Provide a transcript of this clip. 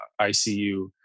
ICU